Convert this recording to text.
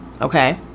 Okay